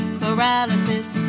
paralysis